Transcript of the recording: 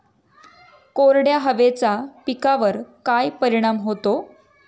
कोरड्या हवेचा पिकावर काय परिणाम होतो?